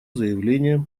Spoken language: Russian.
заявление